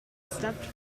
stepped